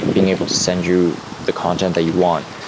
being able to send you the content that you want,